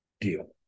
deal